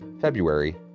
February